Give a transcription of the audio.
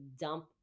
dump